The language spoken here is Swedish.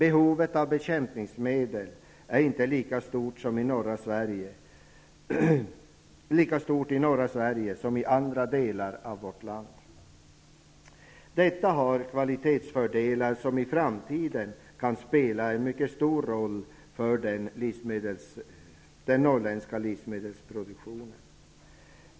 Behovet av bekämpningsmedel är inte lika stort i norra Sverige som i andra delar av vårt land. Detta ger kvalitetsfördelar som i framtiden kan spela en stor roll för den norrländska livsmedelsproduktionen.